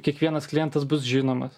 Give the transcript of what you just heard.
kiekvienas klientas bus žinomas